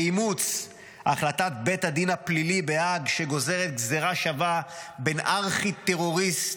באימוץ החלטת בית הדין הפלילי בהאג שגוזרת גזרה שווה בין ארכי טרוריסט,